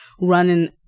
running